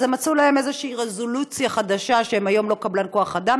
אז הם מצאו להם איזושהי רזולוציה חדשה שהיום הם לא קבלן כוח-אדם,